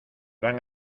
van